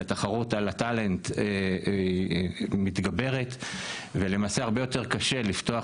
שהתחרות על הטאלנט מתגברת ולמעשה הרבה יותר קשה לפתוח